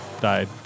died